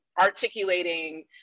articulating